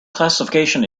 classification